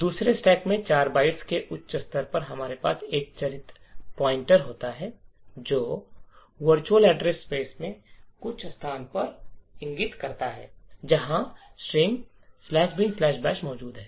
दूसरे स्टैक में 4 बाइट्स के उच्च स्तर पर हमारे पास एक चरित्र पॉइंटर होता है जो वर्चुअल एड्रेस स्पेस में कुछ स्थान पर इंगित करता है जहां string bin bash string "binbash" मौजूद है